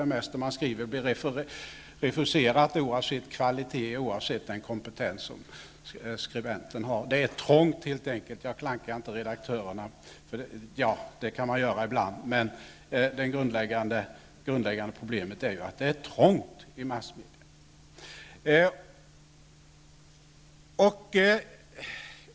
Det mesta man skriver blir refuserat oavsett kvalitet och den kompetens som skribenten har. Det är trångt, helt enkelt. Jag klankar nu inte på redaktörerna, även om man kan göra det ibland. Men det grundläggande problemet är att det är trångt i massmedia.